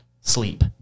sleep